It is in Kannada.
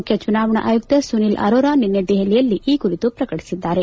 ಮುಖ್ಯ ಚುನಾವಣಾ ಆಯುಕ್ತ ಸುನೀಲ್ ಅರೋರ ನಿನ್ನೆ ದೆಹಲಿಯಲ್ಲಿ ಈ ಕುರಿತು ಪ್ರಕಟಿಸಿದ್ಲಾರೆ